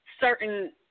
certain